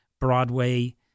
Broadway